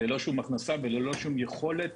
ללא שום הכנסה וללא שום יכולת